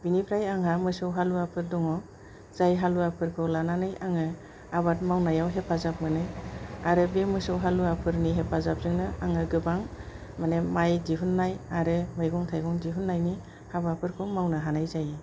बेनिफ्राय आंहा मोसौ हालुवाफोर दङ जाय हालुवाफोरखौ लानानै आङो आबाद मावनायाव हेफाजाब मोनो आरो बे मोसौ हालुवाफोरनि हेफाजाबजोंनो आङो गोबां माने माइ दिहुननाय आरो मैगं थायगं दिहुननायनि हाबाफोरखौ मावनो हानाय जायो